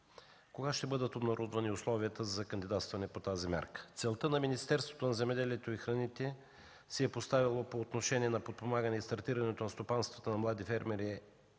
Кога ще бъдат обнародвани условията за кандидатстване по тази мярка? Целта на Министерството на земеделието и храните, която то си е поставило по отношение на подпомагането на стартирането на стопанството на млади фермери,